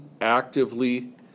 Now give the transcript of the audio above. actively